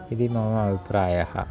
इति मम अभिप्रायः